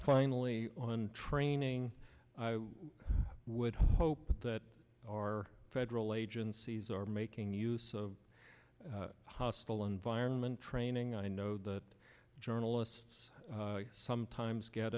finally on training i would hope that our federal agencies are making use of hostile environment training i know that journalists sometimes get